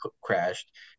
crashed